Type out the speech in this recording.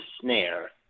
snare